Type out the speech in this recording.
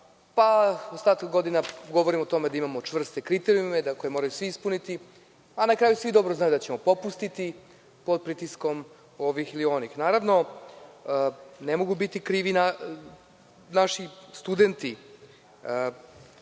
pa ostatak godina govorimo o tome da imamo čvrste kriterijume koje moraju svi ispuniti, a na kraju svi dobro znaju da ćemo popustiti pod pritiskom ovih ili onih. Naravno, ne mogu biti krivi naši studenti